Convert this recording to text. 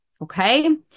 Okay